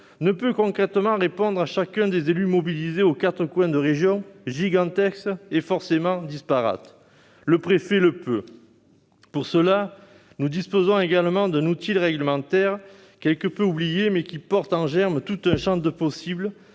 de notre crise sanitaire, à chacun des élus mobilisés aux quatre coins de régions gigantesques et forcément disparates. Le préfet, lui, le peut. Pour cela, nous disposons également d'un outil réglementaire quelque peu oublié, mais qui porte en germe tout un champ de possibilités,